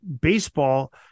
baseball